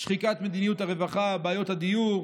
שחיקת מדיניות הרווחה, בעיות הדיור,